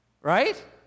right